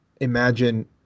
imagine